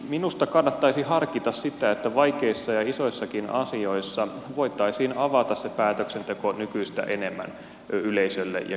minusta kannattaisi harkita sitä että vaikeissa ja isoissakin asioissa voitaisiin avata se päätöksenteko nykyistä enemmän yleisölle ja kiinnostuneille